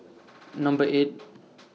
Number eight